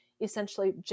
essentially